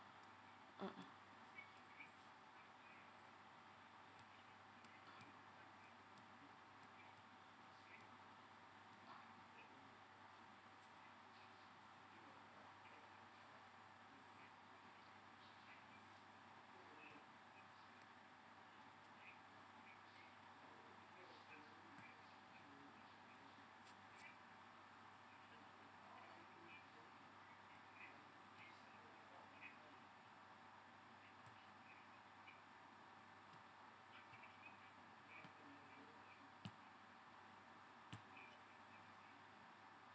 mmhmm